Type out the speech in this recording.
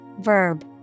Verb